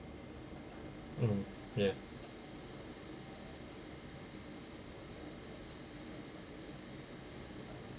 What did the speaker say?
mm yeah